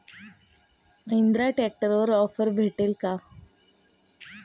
महिंद्रा ट्रॅक्टरवर ऑफर भेटेल का?